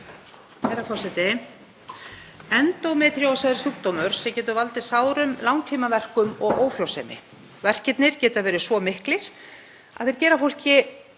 Herra forseti. Endómetríósa er sjúkdómur sem getur valdið sárum langtímaverkjum og ófrjósemi. Verkirnir geta verið svo miklir að þeir gera fólki